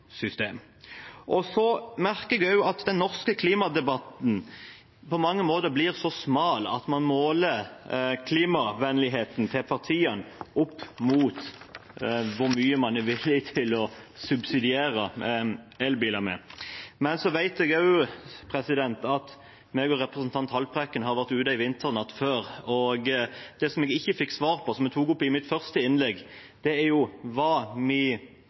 system? Jeg merker også at den norske klimadebatten på mange måter blir så smal at man måler klimavennligheten til partiene opp mot hvor mye man er villig til å subsidiere elbilene med. Men jeg vet også at representanten Haltbrekken og jeg har vært ute en vinternatt før, og det jeg ikke fikk svar på, som jeg tok opp i mitt første innlegg, er: Hva